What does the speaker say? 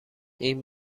این